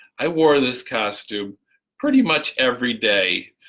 i wore this costume pretty much every day